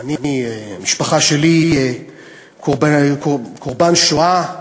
גם אני, המשפחה שלי קורבן השואה.